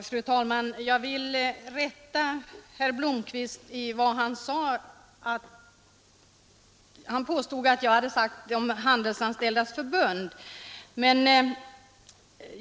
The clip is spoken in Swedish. Fru talman! Jag vill rätta vad herr Blomkvist påstod att jag sagt om Handelsanställdas förbund.